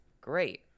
Great